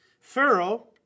Pharaoh